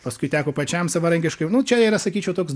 paskui teko pačiam savarankiškai nu čia yra sakyčiau toks